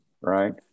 right